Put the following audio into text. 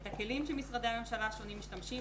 את הכלים שמשרדי הממשלה השונים משתמשים